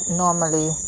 normally